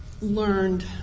learned